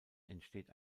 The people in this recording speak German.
entsteht